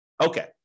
Okay